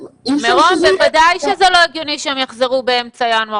מירום, ודאי שזה לא הגיוני שהם יחזרו באמצע ינואר.